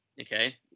Okay